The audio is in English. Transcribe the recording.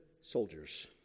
soldiers